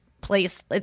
place